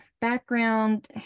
background